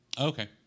Okay